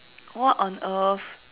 what on earth